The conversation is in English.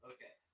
Okay